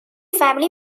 family